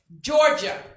Georgia